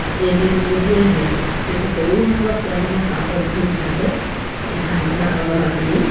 এইবোৰে হেৰি কৰোঁ কিন্তু সৰুভাগত পোৱালিবোৰ হাঁহ পোৱালিবোৰ ওলালে এই দানা অলপমান আনি